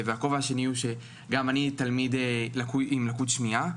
והכובע השני הוא שגם אני תלמיד עם לקות שמיעה,